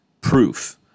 proof